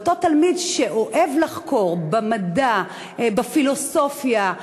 לאותו תלמיד שאוהב לחקור במדע, בפילוסופיה,